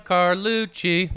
Carlucci